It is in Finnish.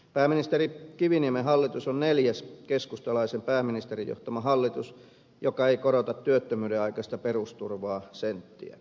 pääministeri kiviniemen hallitus on neljäs keskustalaisen pääministerin johtama hallitus joka ei korota työttömyydenaikaista perusturvaa senttiäkään